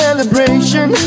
Celebration